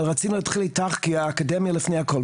אבל רצינו להתחיל איתך, כי האקדמיה לפני הכול.